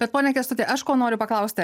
bet pone kęstuti aš ko noriu paklausti